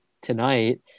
tonight